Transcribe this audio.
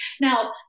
Now